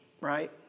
right